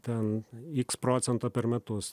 ten x procentą per metus